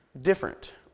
different